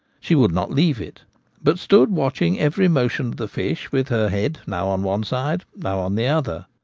she would not leave it but stood watching every motion of the fish, with her head now on one side now on the other.